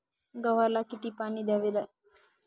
गव्हाला किती प्रमाणात पाणी द्यावे?